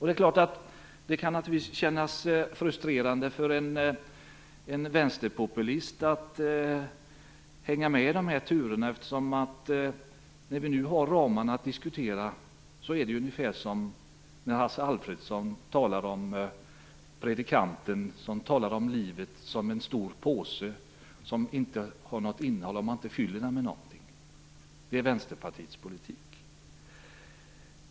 Det kan naturligtvis kännas frustrerande för en vänsterpopulist att hänga med i de här turerna. När vi nu har ramarna att diskutera inom är det ungefär som när Hasse Alfredsson gestaltar predikanten som talar om livet som en stor påse, som inte har något innehåll om man inte fyller den med någonting. Det är Vänsterpartiets politik.